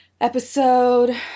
episode